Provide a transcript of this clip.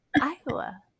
Iowa